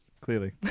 clearly